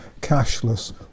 cashless